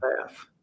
path